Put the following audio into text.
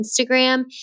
Instagram